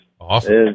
Awesome